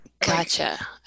Gotcha